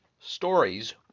stories